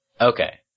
Okay